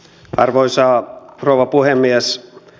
arvoisa rouva puhemies